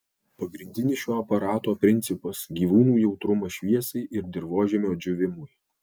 pagrindinis šio aparato principas gyvūnų jautrumas šviesai ir dirvožemio džiūvimui